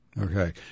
okay